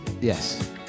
Yes